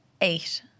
eight